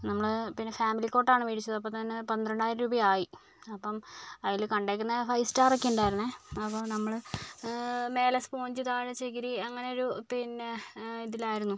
നമ്മൾ പിന്നെ ഫാമിലി കോട്ടാണ് മേടിച്ചത് അപ്പോൾ തന്നെ പന്ത്രണ്ടായിരം രൂപയായി അപ്പം അതിൽ കണ്ടിരിക്കുന്നത് ഫൈവ് സ്റ്റാർ ഒക്കെ ഉണ്ടായിരുന്നേ അതു കൊണ്ടാണ് നമ്മൾ മേലെ സ്പോഞ്ച് താഴെ ചകിരി അങ്ങനെ ഒരു പിന്നെ ഇതിലായിരുന്നു